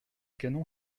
canon